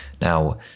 now